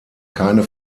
keine